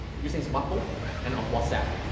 you think, smartphone and on whatsapp.